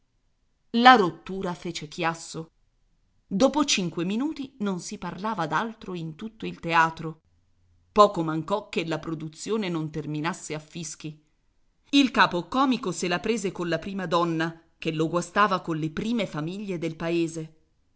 la rottura fece chiasso dopo cinque minuti non si parlava d'altro in tutto il teatro poco mancò che la produzione non terminasse a fischi il capocomico se la prese colla prima donna che lo guastava con le prime famiglie del paese